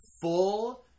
full